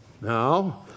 Now